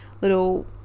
little